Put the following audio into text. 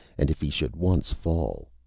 and if he should once fall.